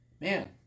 man